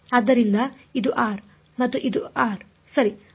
ಆದ್ದರಿಂದ ಇದು ಆರ್ ಮತ್ತು ಇದು ಆರ್ ಸರಿ